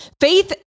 Faith